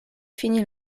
fini